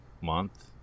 Month